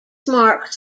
marks